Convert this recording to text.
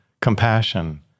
compassion